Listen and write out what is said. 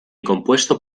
compuesto